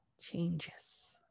changes